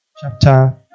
chapter